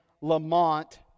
Lamont